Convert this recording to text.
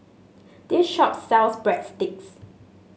this shop sells Breadsticks